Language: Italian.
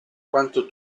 quanto